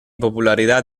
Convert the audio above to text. popularidad